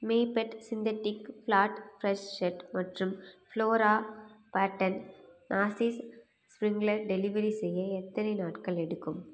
Maped synthetic plot fresh set மற்றும் flora pattern நாஸிஸ் sprinkler delivery செய்ய எத்தனை நாட்கள் எடுக்கும்